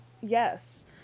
Yes